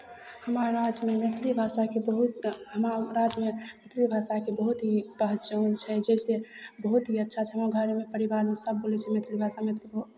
हमर राज्यमे मैथिली भाषाके बहुत हमर राज्यमे मैथिली भाषाके बहुत ही पहचान छै जइसे बहुत ही अच्छा छै हमर घरमे परिवारमे सभ बोलै छै मैथिली भाषा मैथिली भा